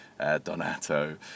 Donato